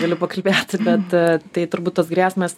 galiu pakalbėt bet tai turbūt tos grėsmės